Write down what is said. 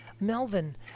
Melvin